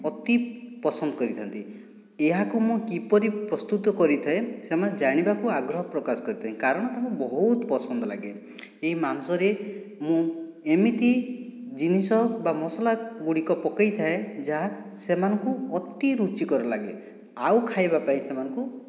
ଅତି ପସନ୍ଦ କରିଥା'ନ୍ତି ଏହାକୁ ମୁଁ କିପରି ପ୍ରସ୍ତୁତ କରିଥାଏ ସେମାନେ ଜାଣିବାକୁ ଆଗ୍ରହ ପ୍ରକାଶ କରିଥା'ନ୍ତି କାରଣ ତା'ଙ୍କୁ ବହୁତ ପସନ୍ଦ ଲାଗେ ଏହି ମାଂସରେ ମୁଁ ଏମିତି ଜିନିଷ ବା ମସଲା ଗୁଡ଼ିକ ପକାଇଥାଏ ଯାହା ସେମାନଙ୍କୁ ଅତି ରୁଚିକର ଲାଗେ ଆଉ ଖାଇବା ପାଇଁ ସେମାନଙ୍କୁ